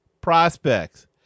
prospects